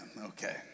Okay